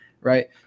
Right